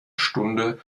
stunde